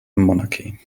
monarchy